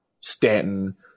Stanton